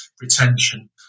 retention